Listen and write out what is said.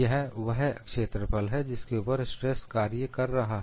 यह वह क्षेत्रफल है जिसके ऊपर स्ट्रेस कार्य कर रहा है